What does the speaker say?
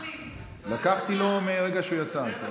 לקחתי לו מרגע שהוא יצא.